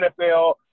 NFL –